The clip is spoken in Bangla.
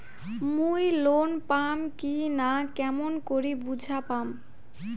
মুই লোন পাম কি না কেমন করি বুঝা পাম?